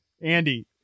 Andy